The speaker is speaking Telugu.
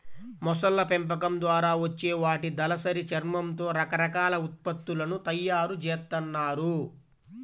మొసళ్ళ పెంపకం ద్వారా వచ్చే వాటి దళసరి చర్మంతో రకరకాల ఉత్పత్తులను తయ్యారు జేత్తన్నారు